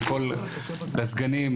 לסגנים,